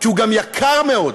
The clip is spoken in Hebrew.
כי הוא גם יקר מאוד.